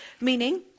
meaning